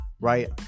right